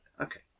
Okay